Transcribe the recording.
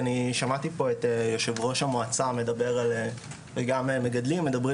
שמעתי את יושב ראש המועצה ומגדלים מדברים